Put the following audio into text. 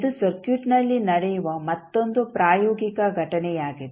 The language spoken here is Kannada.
ಇದು ಸರ್ಕ್ಯೂಟ್ನಲ್ಲಿ ನಡೆಯುವ ಮತ್ತೊಂದು ಪ್ರಾಯೋಗಿಕ ಘಟನೆಯಾಗಿದೆ